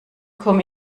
komme